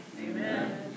Amen